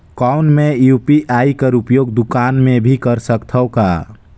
कौन मै यू.पी.आई कर उपयोग दुकान मे भी कर सकथव का?